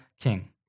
king